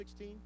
16